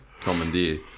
commandeer